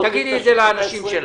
תגידי את זה לאנשים שלך.